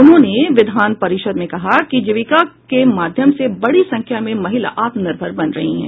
उन्होंने विधान परिषद में कहा कि जीविका के माध्यम से बड़ी संख्या में महिला आत्मनिर्भर बन रही है